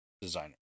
designer